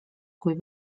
kui